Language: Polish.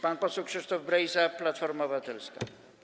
Pan poseł Krzysztof Brejza, Platforma Obywatelska.